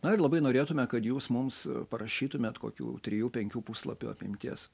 na ir labai norėtume kad jūs mums parašytumėt kokių trijų penkių puslapių apimties